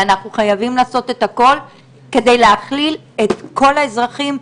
ואנחנו חייבים לעשות את הכל כדי להכליל את כל האזרחים,